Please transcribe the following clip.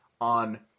on